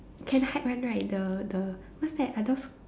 can hide one right the the what's that are those